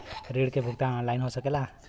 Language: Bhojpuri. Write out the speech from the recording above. ऋण के भुगतान ऑनलाइन हो सकेला?